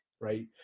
Right